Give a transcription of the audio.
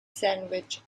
sandwich